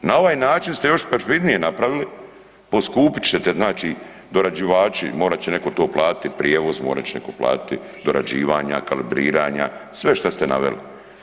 Na ovaj način ste još perfidnije napravili poskupit ćete znači dorađivači morat će neko to platit prijevoz, morat će neko platiti dorađivanja, kalibriranja, sve šta ste naveli.